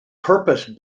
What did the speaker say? purpose